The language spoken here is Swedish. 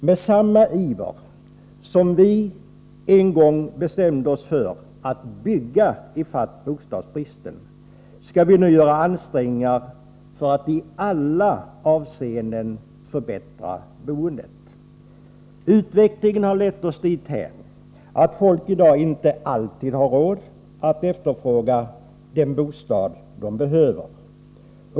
Med samma iver som vi en gång bestämde oss för att bygga i fatt bostadsbristen skall vi nu göra ansträngningar för att i alla avseenden förbättra boendet. Utvecklingen har lett oss dithän att människorna i dag inte alltid har råd att efterfråga den bostad som de behöver.